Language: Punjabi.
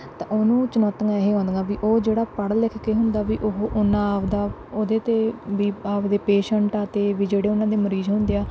ਤਾਂ ਉਹਨੂੰ ਚੁਣੌਤੀਆਂ ਇਹ ਆਉਂਦੀਆਂ ਵੀ ਉਹ ਜਿਹੜਾ ਪੜ੍ਹ ਲਿਖ ਕੇ ਹੁੰਦਾ ਵੀ ਉਹ ਉੰਨਾ ਆਪਣਾ ਉਹਦੇ 'ਤੇ ਵੀ ਆਪਣੇ ਪੇਸ਼ੈਂਟ ਆ ਅਤੇ ਵੀ ਜਿਹੜੇ ਉਹਨਾਂ ਦੇ ਮਰੀਜ਼ ਹੁੰਦੇ ਆ